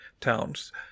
towns